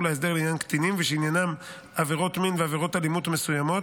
ההסדר לעניין קטינים ושעניינן עבירות מין ועבירות אלימות מסוימות,